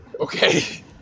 okay